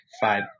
five